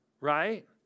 Right